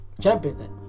Champion